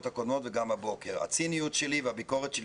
הקודמות וגם הבוקר הציניות שלי וביקורת שלי